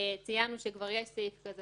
ציינו שכבר יש סעיף כזה